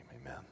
amen